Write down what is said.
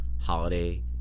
holiday